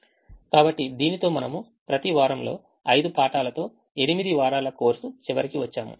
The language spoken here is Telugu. కాబట్టి దీనితో మనము ప్రతి వారంలో 5 పాఠాలతో 8 వారాల ఈ కోర్సు చివరికి వచ్చాము